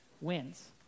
wins